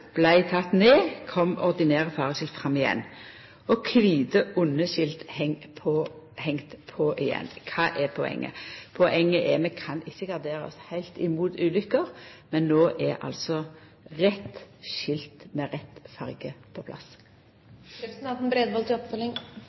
ned, kom dei ordinære fareskilta fram igjen, og kvite underskilt vart hengde på igjen. Kva er poenget? Poenget er: Vi kan ikkje gardera oss heilt mot ulykker, men no er altså rett skilt med rett farge på